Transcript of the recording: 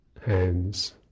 hands